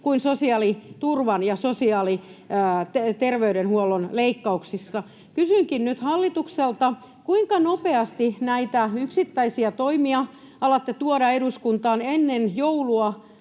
kuin sosiaaliturvan ja sosiaali- ja terveydenhuollon leikkauksissa. Kysynkin nyt hallitukselta: kuinka nopeasti näitä yksittäisiä toimia alatte tuoda eduskuntaan? Ennen joulua